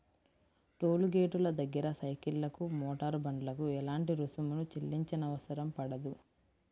toll గేటుల దగ్గర సైకిళ్లకు, మోటారు బండ్లకు ఎలాంటి రుసుమును చెల్లించనవసరం పడదు